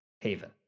Haven